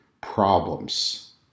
problems